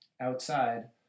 outside